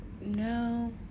No